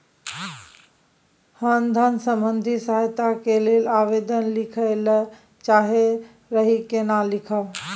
हम धन संबंधी सहायता के लैल आवेदन लिखय ल चाहैत रही केना लिखब?